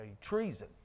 treason